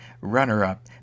runner-up